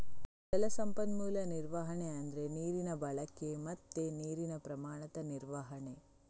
ಜಲ ಸಂಪನ್ಮೂಲ ನಿರ್ವಹಣೆ ಅಂದ್ರೆ ನೀರಿನ ಬಳಕೆ ಮತ್ತೆ ನೀರಿನ ಪ್ರಮಾಣದ ನಿರ್ವಹಣೆ